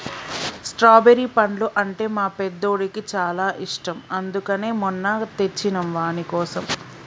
strawberry పండ్లు అంటే మా పెద్దోడికి చాలా ఇష్టం అందుకనే మొన్న తెచ్చినం వానికోసం